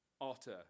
otter